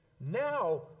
now